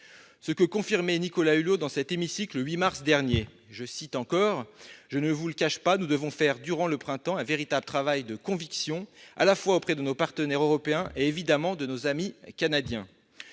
le confirmait dans cet hémicycle le 8 mars dernier :« Je ne vous le cache pas, nous devrons faire durant le printemps un véritable travail de conviction à la fois auprès de nos partenaires européens et évidemment de nos amis canadiens. »